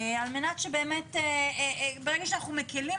ברגע שאנחנו מקלים,